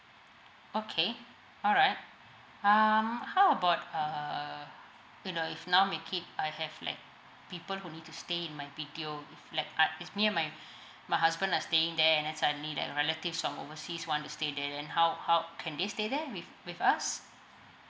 okay alright um how about uh you know if now my kid I have like people who need to stay in my B_T_O flat uh it's near my my husband and I staying there and suddenly that relatives from overseas want to stay there then how how can they stay there with with us